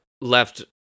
left